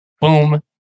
Boom